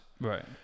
Right